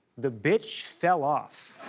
the bitch fell off.